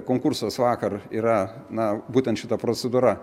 konkursas vakar yra na būtent šita procedūra